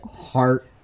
heart